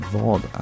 vad